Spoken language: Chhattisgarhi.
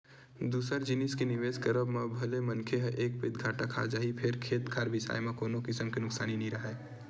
दूसर जिनिस के निवेस करब म भले मनखे ह एक पइत घाटा खा जाही फेर खेत खार बिसाए म कोनो किसम के नुकसानी नइ राहय